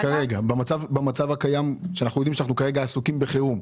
במצב הקיים שאנחנו יודעים שאנחנו כרגע עסוקים בחירום,